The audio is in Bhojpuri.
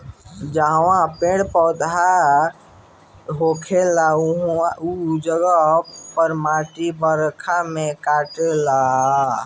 जहवा कम पेड़ पौधा होखेला उ जगह के माटी बरखा में कटे लागेला